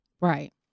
Right